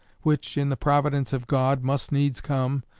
which, in the providence of god, must needs come,